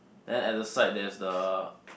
then at the side there's the